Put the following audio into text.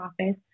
office